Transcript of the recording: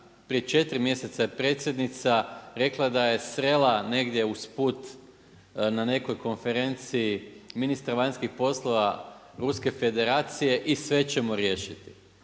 prije 4 je mjeseca je predsjednica rekla da je srela negdje usput na nekoj konferenciji ministra vanjskih poslova Ruske federacije i sve ćemo riješiti.